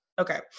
okay